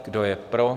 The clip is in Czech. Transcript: Kdo je pro?